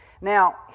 Now